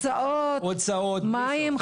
הוצאות --- מים,